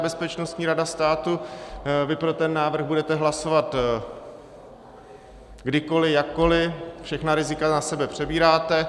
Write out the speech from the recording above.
Bezpečnostní rada státu, vy pro ten návrh budete hlasovat kdykoli, jakkoli, všechna rizika na sebe přebíráte.